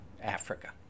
Africa